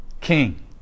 king